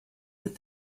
that